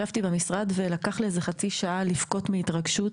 ישבתי ובמשך חצי שעה בכיתי מהתרגשות